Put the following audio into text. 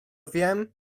wiem